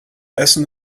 essen